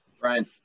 Brian